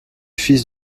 fils